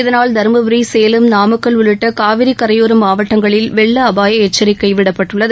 இதனால் தருமபுரி சேலம் நாமக்கல் உள்ளிட்ட காவிரி கரையோர் மாவட்டங்களில் வெள்ள அபாய எச்சரிக்கை விடப்பட்டுள்ளது